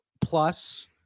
plus